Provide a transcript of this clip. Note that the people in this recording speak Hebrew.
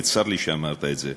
וצר לי שאמרת את זה.